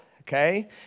okay